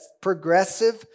progressive